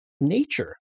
nature